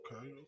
okay